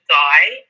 die